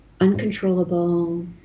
uncontrollable